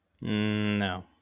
No